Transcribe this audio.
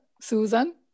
Susan